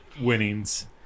winnings